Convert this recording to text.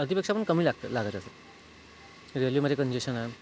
अर्धीपेक्षा पण कमी लागते लागत असेल रेल्वेमध्ये कंजेशन आहे